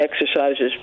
exercises